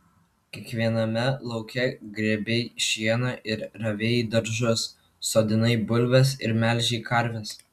kiekviename lauke grėbei šieną ir ravėjai daržus sodinai bulves ir melžei karves